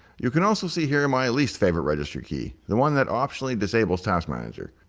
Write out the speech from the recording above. you can ah so see here my least favorite registry key the one that optionally disables task manager.